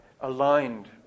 aligned